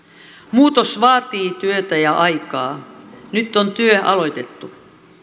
muutos vaatii työtä ja aikaa nyt on työ aloitettu